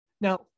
Now